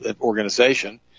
organization